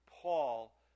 Paul